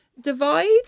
divide